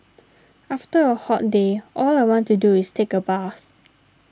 after a hot day all I want to do is take a bath